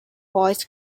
voice